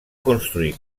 construir